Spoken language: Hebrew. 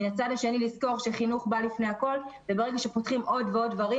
מן הצד השני לזכור שחינוך בא לפני הכול וברגע שפותחים עוד ועוד דברים